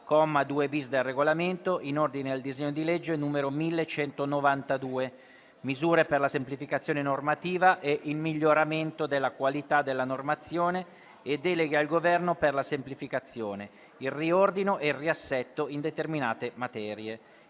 2-*bis*, del Regolamento, in ordine al disegno di legge n. 1192 recante: «Misure per la semplificazione normativa e il miglioramento della qualità della normazione e deleghe al Governo per la semplificazione, il riordino e il riassetto in determinate materie».